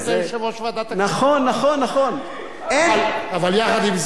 נכון, נכון, נכון, אבל יחד עם זאת, אני לא